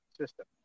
system